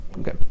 Okay